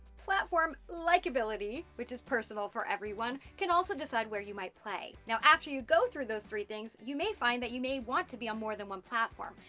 platform likeability which is personal for everyone, can also decide where you might play. now, after you go through those three things, you may find that you may want to be a more than one platform,